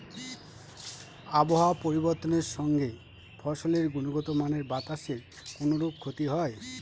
আবহাওয়ার পরিবর্তনের সঙ্গে ফসলের গুণগতমানের বাতাসের কোনরূপ ক্ষতি হয়?